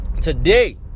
Today